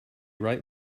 right